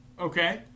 Okay